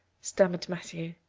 stammered matthew.